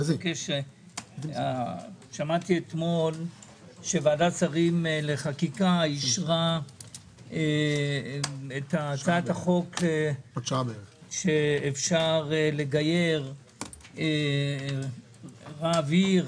שמעתי אתמול שוועדת שרים לחקיקה אישרה את הצעת החוק שאפשר לגייר רב עיר,